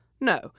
No